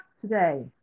today